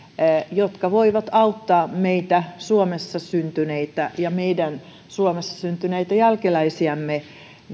jotka voivat auttaa meitä suomessa syntyneitä ja meidän suomessa syntyneitä jälkeläisiämme